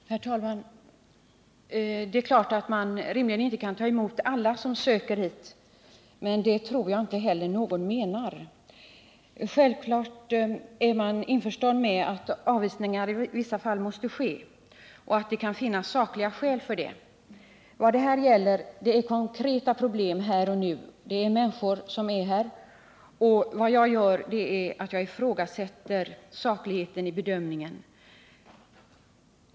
Herr talman! Det är klart att man rimligen inte kan ta emot alla som söker sig hit. Men det tror jag inte heller någon menar. Självklart är de flesta införstådda med att avvisningar måste ske, och att det kan finnas sakliga skäl för dessa. Vad det gäller är konkreta problem här och nu, det rör människor som redan finns här. Vad jag gör är att ifrågasätta sakligheten i bedömningen.